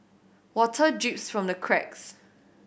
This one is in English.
water drips from the cracks